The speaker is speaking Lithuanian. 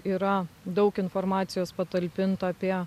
yra daug informacijos patalpinta apie